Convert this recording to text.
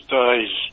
days